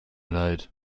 leid